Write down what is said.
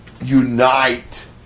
unite